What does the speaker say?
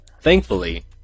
Thankfully